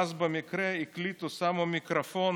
ואז במקרה הקליטו, שמו מיקרופון